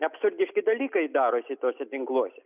absurdiški dalykai darosi tuose tinkluose